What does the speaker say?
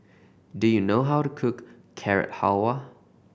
do you know how to cook Carrot Halwa